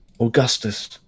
Augustus